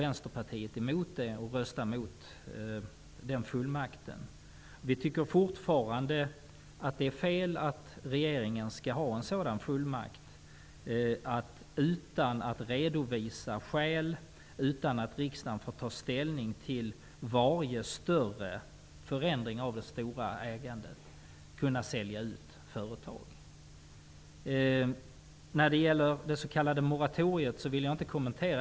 Vänsterpartiet röstade emot det förslaget. Vi tycker fortfarande att det är fel att regeringen har en fullmakt att sälja ut företag utan att redovisa skäl och utan att riksdagen får ta ställning till varje större förändring i ägandet. Jag vill inte kommentera moratoriet.